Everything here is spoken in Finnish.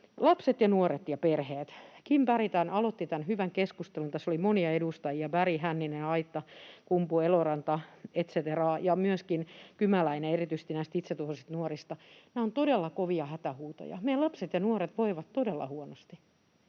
Lapset ja nuoret ja perheet: Kim Berg aloitti tämän hyvän keskustelun. Tässä moni edustaja — Berg, Hänninen, Aittakumpu, Eloranta et cetera, ja myöskin Kymäläinen — puhui erityisesti näistä itsetuhoisista nuorista. Nämä ovat todella kovia hätähuutoja, meidän lapset ja nuoret voivat todella huonosti.